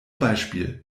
beispiel